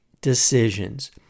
decisions